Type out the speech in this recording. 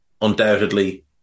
undoubtedly